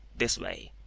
this way.